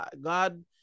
God